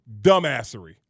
dumbassery